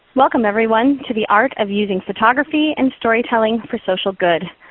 welcome everyone to the art of using photography and storytelling for social good.